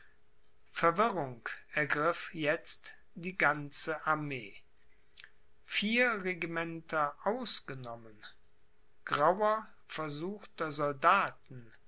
verwirrung ergriff jetzt die ganze armee vier regimenter ausgenommen grauer versuchter soldaten